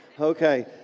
Okay